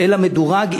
אלא מדורג,